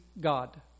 God